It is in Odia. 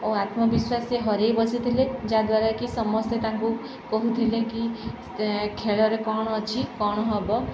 ଓ ଆତ୍ମବିଶ୍ୱାସ ସେ ହରାଇ ବସିଥିଲେ ଯାହାଦ୍ୱାରା କି ସମସ୍ତେ ତାଙ୍କୁ କହୁଥିଲେ କି ଖେଳରେ କ'ଣ ଅଛି କ'ଣ ହବ